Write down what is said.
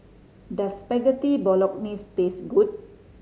does Spaghetti Bolognese taste good